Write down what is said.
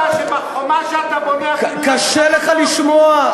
אתה לא יודע שבחומה שאתה בונה, קשה לך לשמוע.